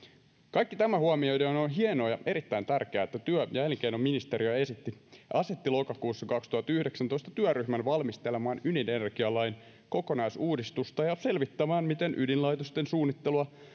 kaikki tämä huomioiden on on hienoa ja erittäin tärkeää että työ ja elinkeinoministeriö asetti lokakuussa kaksituhattayhdeksäntoista työryhmän valmistelemaan ydinenergialain kokonaisuudistusta ja selvittämään miten ydinlaitosten suunnittelua